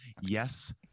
Yes